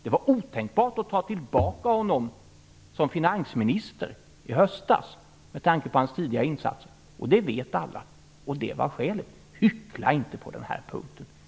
Det var otänkbart att ta tillbaka honom som finansminister i höstas, med tanke på hans tidigare insats. Det vet alla, och det var skälet. Hyckla inte på den här punkten!